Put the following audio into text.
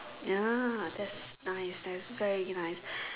ya that's nice that's very nice